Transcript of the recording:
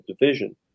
division